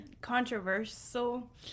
controversial